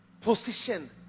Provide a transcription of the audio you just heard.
position